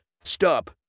Stop